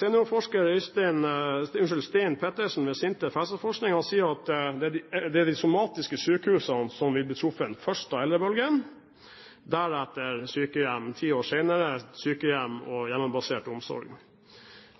seniorforsker Stein Østerlund Petersen ved SINTEF helseforskning vil det være de somatiske sykehusene som blir truffet først av eldrebølgen, deretter, ti år senere, sykehjem og hjemmebasert omsorg.